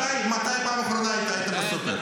תגיד, מתי בפעם האחרונה היית בסופר?